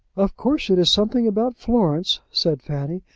of course it is something about florence, said fanny.